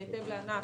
בהתאם לענף,